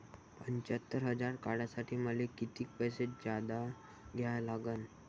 पंच्यात्तर हजार काढासाठी मले कितीक पैसे जादा द्या लागन?